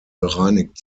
bereinigt